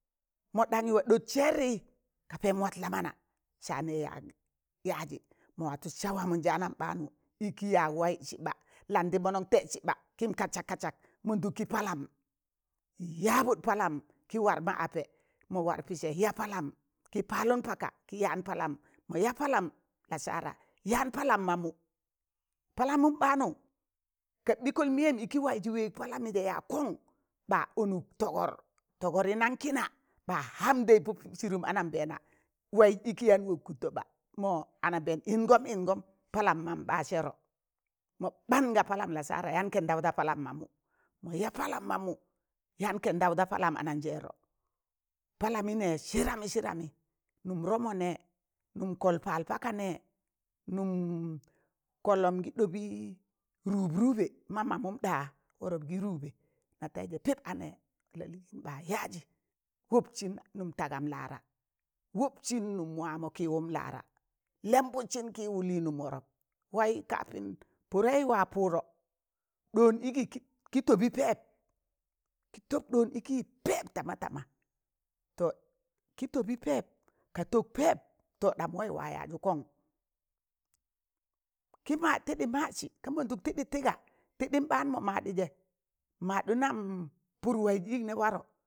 Mọ ɗanyị wa ɗọt sẹẹrị ga pẹm wat la mana, saanẹị yag yaazị mọ watu sa wamanjaanan ɓaanụ, ịkị ya waịzi sị ɓa, landị mọnọn tẹsị ɓa kịn kasak kasak, ma lụkrị palam yabụd palam kị war ma apẹ mọ war pịsẹ ya palamị ki palụm pala kị yaan palam, mo ya palam lasaara yaan palam mamụ, palamun ɓaanụ ka kol bịkọl mịyẹn ịkị waịzị ka wẹẹg palamị yag kọng ba, anụk tọgọr tọgọrị nang? kịna, ba hamɗẹị pọ sịrụm anambẹna waị ịkị yaan wọk kụttọ ɓa mọ anambẹẹn ịn gọm ịngọm palam man ba sẹrọ, mọ ɓand ga palam lasaara yaan kẹndaụ palam mamụ mọ ya palam mamụn, yaan kẹnɗaụ ma palam ananjẹrọ, palamị nẹ sịdamị sịdamị nụm rọmo,̣ nee nụm kọl pal paka nẹ nụm kọllọm gị ɗobị rụbrụbẹ, ma mamụn ɗa wọrọp gị rụbẹ na taaịzẹ pịp anẹ lọlịịn ɓa yaazị wọpsịn nụm tagam laara wọpsịn nụm wama kịwụm lara lẹmbụdsịn kịwụ lịịnụm wọrọp waị kapin pụdẹị wa pụdọ ɗọọn ịgị kị tọbị pẹp, kị tob ɗọọn ịkị pẹp tamatama, to ki tobi peep, ka tob peb ɗam waị wa yaazọ kọng, kị mad tịɗị madsị ka mandụk tiɗị tịga? tịɗim ɓaan mọ madị zẹ madụ nam pụrụ waịz ịk nị warọ.